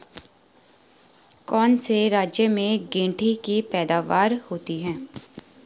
कौन से राज्य में गेंठी की पैदावार होती है?